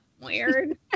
weird